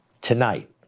Tonight